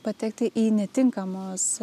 patekti į netinkamus